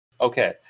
okay